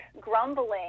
grumbling